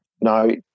No